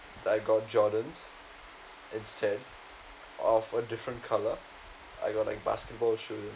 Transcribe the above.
I got jordans instead of a different colour I got like basketball shoes